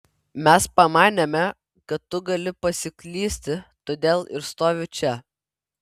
mes pamanėme kad tu gali pasiklysti todėl ir stoviu čia